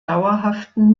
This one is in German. dauerhaften